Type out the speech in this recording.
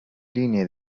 linee